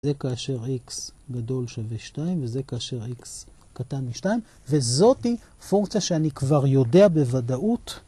זה כאשר x גדול שווה 2 וזה כאשר x קטן מ-2 וזאת פונקציה שאני כבר יודע בוודאות.